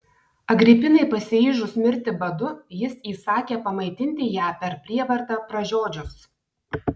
agripinai pasiryžus mirti badu jis įsakė pamaitinti ją per prievartą pražiodžius